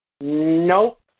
Nope